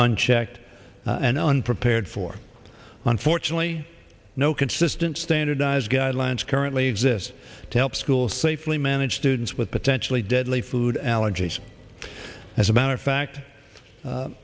unchecked and unprepared for unfortunately no consistent standardised guidelines currently exist to help school safely manage to dance with potentially deadly food allergies as a matter of fact